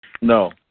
No